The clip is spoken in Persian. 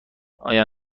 آیا